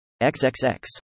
xxx